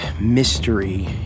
mystery